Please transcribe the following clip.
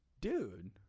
Dude